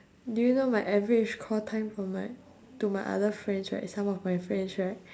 do you know my average call time for my to my other friends right some of my friends right